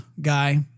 guy